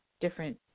different